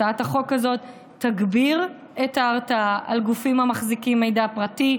הצעת החוק הזאת תגביר את ההרתעה על גופים המחזיקים מידע פרטי,